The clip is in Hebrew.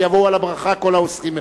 ויבואו על הברכה כל העוסקים בכך.